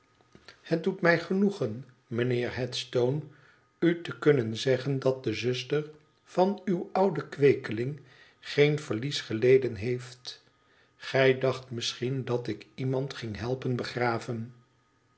het doet mij genoegen mijnheer headstone u te kunnen zegimde zuster van uw ouden kweekeling geen rerlies geleden heeft gij dad misschien dat ik iemand ging helpen begraven